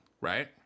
right